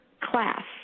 class